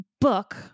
book